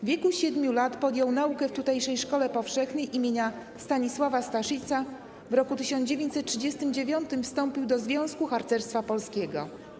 W wieku 7 lat podjął naukę w tutejszej szkole powszechnej im. Stanisława Staszica, w roku 1939 wstąpił do Związku Harcerstwa Polskiego.